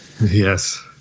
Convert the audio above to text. Yes